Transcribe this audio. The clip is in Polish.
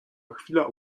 chwila